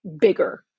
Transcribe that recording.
bigger